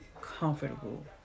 comfortable